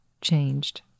changed